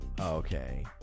Okay